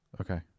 Okay